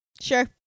Sure